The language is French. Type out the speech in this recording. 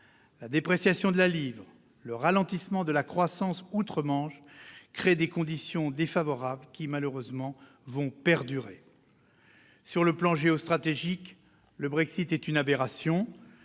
La dépréciation de la livre, le ralentissement de la croissance outre-Manche créent des conditions défavorables qui, malheureusement, vont perdurer. Sur le plan géostratégique, le Brexit est une aberration.